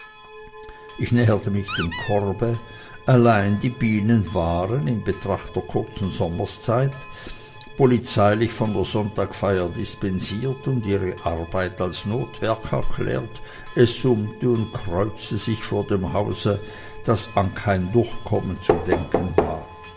ich näherte mich dem korbe allein die bienen waren in betracht der kurzen sommerzeit polizeilich von der sonntagsfeier dispensiert und ihre arbeit als notwerk erklärt es summte und kreuzte sich vor dem hause daß an kein durchkommen zu denken war